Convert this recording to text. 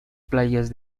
playas